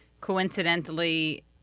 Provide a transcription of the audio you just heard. coincidentally